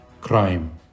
crime